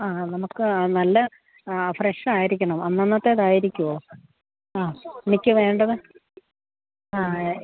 ആ നമുക്ക് നല്ല ആ ഫ്രഷ് ആയിരിക്കണം അന്നന്നത്തേത് ആയിരിക്കുമോ ആ എനിക്ക് വേണ്ടത് ആ എ